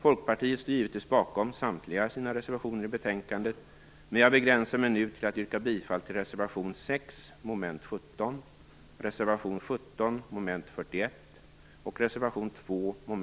Folkpartiet står givetvis bakom samtliga sina reservationer i betänkandet, men jag begränsar mig nu till att yrka bifall till reservation 6, mom.